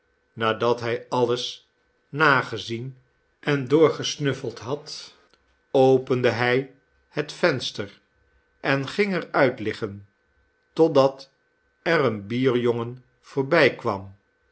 nadat hij alles nagezien en doorgesnuffeld had opende hij het venster en ging er uit liggen totdat er een bierjongen voorbijkwam